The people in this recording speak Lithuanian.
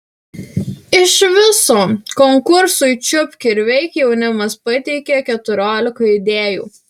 iš viso konkursui čiupk ir veik jaunimas pateikė keturiolika idėjų